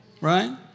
right